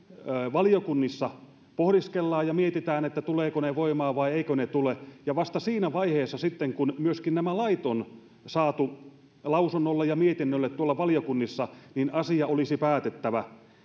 valiokunnissa pohdiskellaan ja mietitään tulevatko ne voimaan vai eivätkö ne tule niin vasta siinä vaiheessa sitten kun myöskin nämä lait on saatu lausunnolle ja mietinnölle tuolla valiokunnissa asia olisi